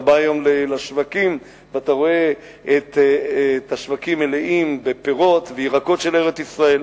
אתה בא היום לשווקים ואתה רואה אותם מלאים בפירות וירקות של ארץ-ישראל,